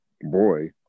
boy